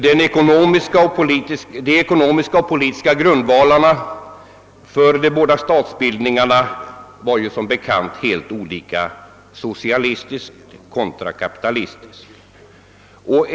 De ekonomiska och politiska grundvalarna för de båda statsbildningarna var ju som bekant helt olika, socialistiska kontra kapitalistiska.